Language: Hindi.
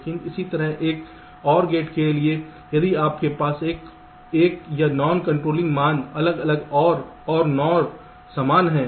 लेकिन इसी तरह एक OR गेट के लिए यदि आपके पास एक या नॉन कंट्रोलिंग मान अलग अलग OR और NOR समान हैं